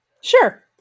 Sure